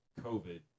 COVID